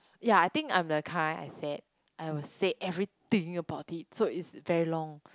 ya I think I'm the kind I said I will said everything about so it's very long